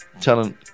telling